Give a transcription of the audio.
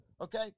Okay